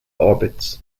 orbits